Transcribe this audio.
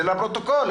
זה לפרוטוקול.